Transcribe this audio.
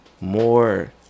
more